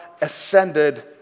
ascended